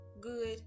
Good